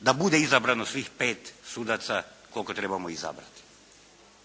da bude izabrano svih pet sudaca koliko i trebamo izabrati.